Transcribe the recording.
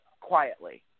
quietly